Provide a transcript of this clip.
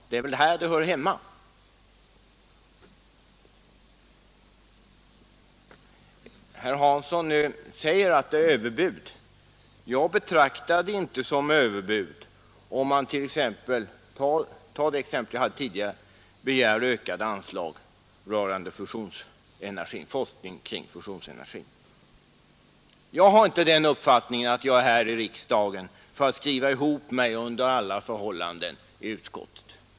Det är väl här det hör hemma. Herr Hansson säger att det här rör sig om ett överbud. Jag betraktar det inte som överbud om man t.ex. begär ökade anslag till forskning kring fusionsenergin. Jag har inte den uppfattningen att jag är här i riksdagen för att skriva ihop mig med andra i utskottet under alla förhållanden.